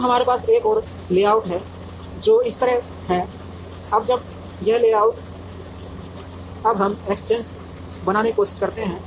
अब हमारे पास एक और लेआउट है जो इस तरह है अब जब यह लेआउट अब हम एक्सचेंज बनाने की कोशिश करते हैं